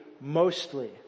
mostly